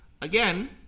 again